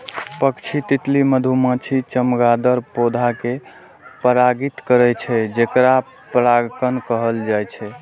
पक्षी, तितली, मधुमाछी, चमगादड़ पौधा कें परागित करै छै, जेकरा परागणक कहल जाइ छै